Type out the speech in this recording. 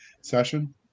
session